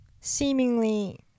seemingly